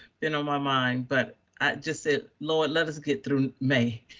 been on my mind, but i just said, lord, let us get through may.